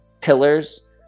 pillars